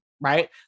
right